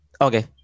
Okay